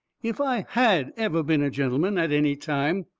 if i had ever been a gentleman at any time,